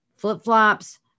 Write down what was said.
flip-flops